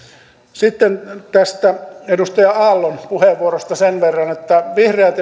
sitten tästä edustaja aallon puheenvuorosta sen verran että vihreät